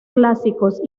clásicos